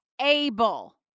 able